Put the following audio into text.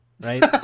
right